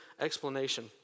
explanation